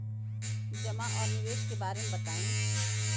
जमा और निवेश के बारे मे बतायी?